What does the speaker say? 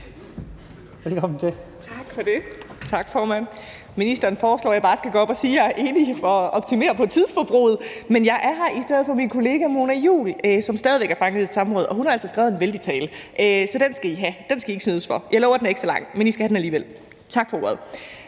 Tak for det, formand. Ministeren foreslår, at jeg bare skal gå op og sige, at jeg er enig, for at optimere i forhold til tidsforbruget. Men jeg er her i stedet for min kollega Mona Juul, som stadig væk er fanget i et samråd, og hun har altså skrevet en vældig tale, så den skal I have – den skal I ikke snydes for. Jeg lover, at den ikke er så lang, men I skal have den alligevel. Den tidligere